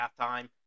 halftime